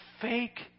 fake